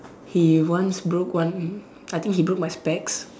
he once broke one I think he broke my specs